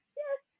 yes